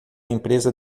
empresa